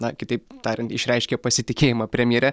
na kitaip tariant išreiškė pasitikėjimą premjere